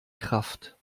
kraft